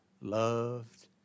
loved